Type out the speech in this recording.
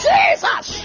Jesus